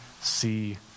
see